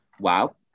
Wow